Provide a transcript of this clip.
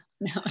no